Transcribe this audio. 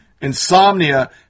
insomnia